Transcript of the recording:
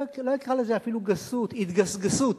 לא אקרא לזה אפילו גסות, התגסגסות,